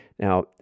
Now